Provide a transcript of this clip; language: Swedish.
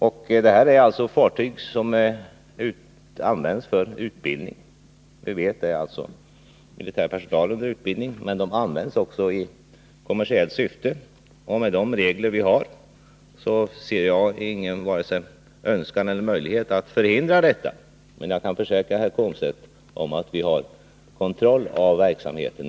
Vi vet att fartygen används för utbildning, att militär personal under utbildning tjänstgör ombord, men fartygen används också i kommersiellt syfte. Med de regler vi har på detta område ser jag ingen vare sig önskan eller möjlighet att förhindra besök i svenska hamnar. Men jag kan försäkra herr Komstedt att vi har kontroll av verksamheten.